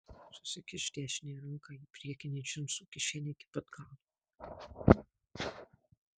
susikišk dešinę ranką į priekinę džinsų kišenę iki pat galo